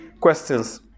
questions